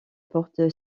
porte